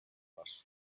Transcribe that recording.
var